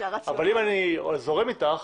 אם אני זורם אתך,